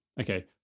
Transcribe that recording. okay